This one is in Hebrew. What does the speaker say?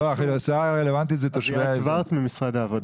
האוכלוסייה הרלוונטית היא תושבי האזור שמחפשים עבודה.